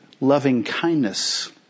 loving-kindness